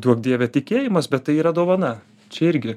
duok dieve tikėjimas bet tai yra dovana čia irgi